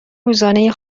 روزانه